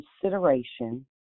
consideration